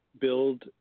build